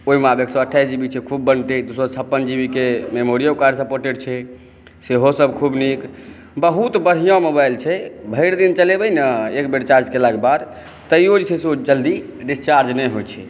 ओहिमे आब एक सए अठाइस जी बी छै खूब बनतै दू सए छप्पन जी बीक मेमोरीयो कार्ड सपॉर्टेड छै सेहो सभ खूब नीक बहुत बढ़िआँ मोबाइल छै भरि दिन चलेबै ने एक बेर चार्ज केलाक बाद तैयो ओ जे छै जल्दी डिस्चार्ज नहि होइ छै